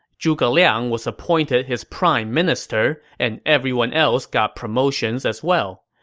zhuge liang was appointed his prime minister, and everyone else got promotions as well.